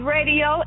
Radio